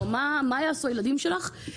או מה יעשו הילדים שלך?